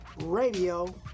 Radio